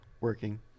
working